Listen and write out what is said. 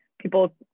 people